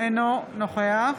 אינו נוכח